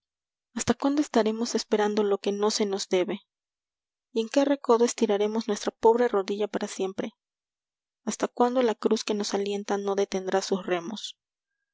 hasta cuándo estaremos esperando lo que no se nos debe y en qué recodo estiraremos nuestra pobre rodilla para siempre hasta cuándo la cruz que nos alienta no detendrá sus remos